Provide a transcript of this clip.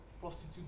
prostitute